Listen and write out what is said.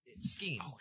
scheme